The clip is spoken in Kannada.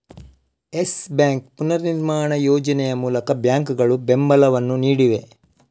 ಯೆಸ್ ಬ್ಯಾಂಕ್ ಪುನರ್ನಿರ್ಮಾಣ ಯೋಜನೆ ಮೂಲಕ ಬ್ಯಾಂಕುಗಳು ಬೆಂಬಲವನ್ನು ನೀಡಿವೆ